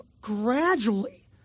gradually